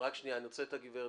רוצה לשמוע את הגברת,